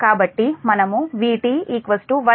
కాబట్టి మనముVt 1